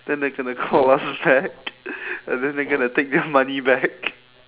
then they're gonna call us back and then they're gonna take their money back